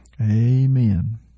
Amen